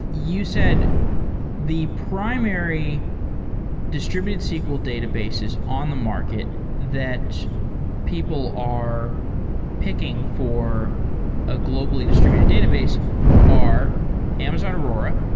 you said the primary distributed sql databases on the market that people are picking for a globally distributed database are amazon aurora,